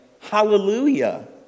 hallelujah